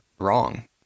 wrong